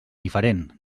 diferent